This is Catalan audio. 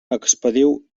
expediu